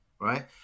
right